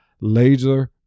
laser